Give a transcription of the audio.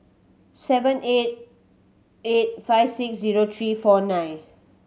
seven eight eight five six zero three four nine